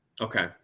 Okay